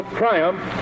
triumph